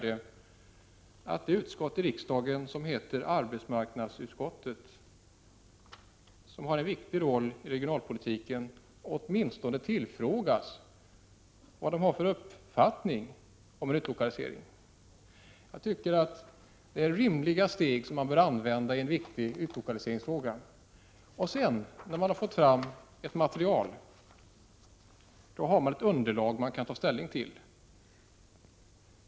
Dessutom bör det utskott i riksdagen som heter arbetsmarknadsutskottet och som spelar en viktig roll i regionalpolitiken åtminstone tillfrågas om vilken uppfattning man har om en utlokalisering. Detta är rimliga steg som bör tas i en viktig utlokaliseringsfråga. När sedan ett material har tagits fram kan det utgöra ett underlag för att ta ställning.